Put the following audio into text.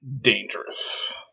dangerous